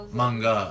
manga